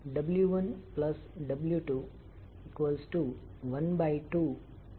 તેથી આ રીતે આપણે ઉત્પન્ન વોલ્ટેજ vNddt લખી શકીએ છીએ